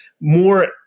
more